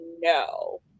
no